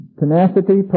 tenacity